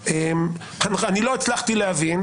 לא הצלחתי להבין,